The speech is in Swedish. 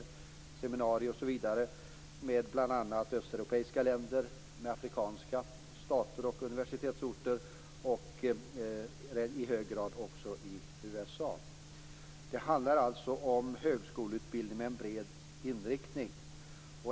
Det gäller också seminarier och annat i samarbete med bl.a. östeuropeiska länder och med stater och universitetsorter i Afrika och i hög grad även i USA. Det handlar alltså om högskoleutbildning med en bred inriktning.